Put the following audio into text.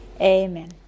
Amen